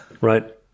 Right